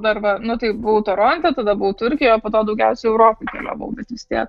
dar va nu tai buvau toronte tada buvau turkijoj o po to daugiausia europoj keliavau bet vis tiek